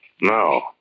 No